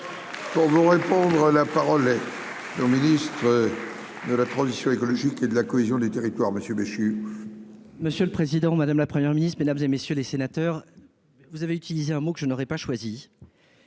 Pour vous répondre, la parole est au ministre de. Ils sont écologiques et de la cohésion des territoires Monsieur Béchu. Monsieur le Président Madame la première Ministre Mesdames et messieurs les sénateurs, vous avez utilisé un mot que je n'aurais pas choisie.